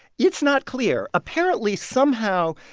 it's not clear. apparently somehow,